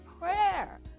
prayer